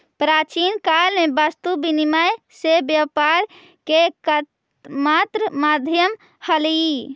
प्राचीन काल में वस्तु विनिमय से व्यापार के एकमात्र माध्यम हलइ